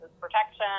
protection